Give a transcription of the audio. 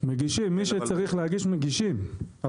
מגישים,